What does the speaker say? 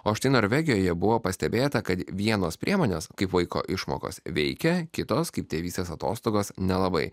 o štai norvegijoje buvo pastebėta kad vienos priemonės kaip vaiko išmokos veikia kitos kaip tėvystės atostogos nelabai